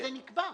זה נקבע.